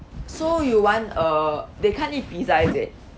so you want uh they can't eat pizza is it